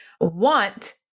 Want